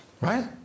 right